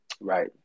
right